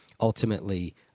ultimately